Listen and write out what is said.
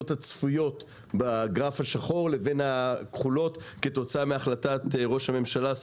הצפויות בגרף השחור לבין הכחולות כתוצאה מהחלטת ראש הממשלה,